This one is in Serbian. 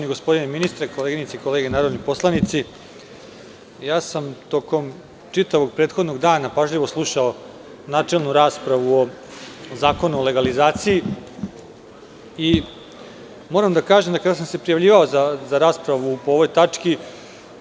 Uvaženi gospodine ministre, koleginice i kolege narodni poslanici, tokom čitavog prethodnog dana sam pažljivo slušao načelnu raspravu o Zakonu o legalizaciji i na kraju sam se i prijavljivao za raspravu po ovoj tački.